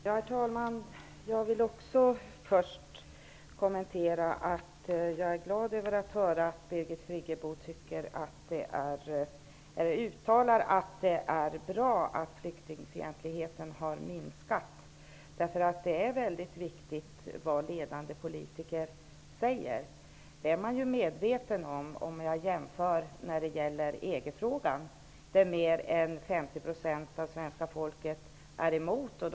Herr talman! Jag är glad över att höra att Birgit Friggebo uttalar att det är bra att flyktingfientligheten har minskat. Det är väldigt viktigt vad ledande politiker säger. Det är man medveten om vad gäller EG-frågan. Mer än 50 % av svenska folket är emot EG.